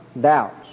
doubts